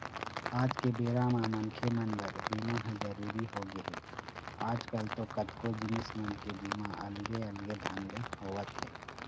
आज के बेरा म मनखे मन बर बीमा ह जरुरी होगे हे, आजकल तो कतको जिनिस मन के बीमा अलगे अलगे ढंग ले होवत हे